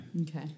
okay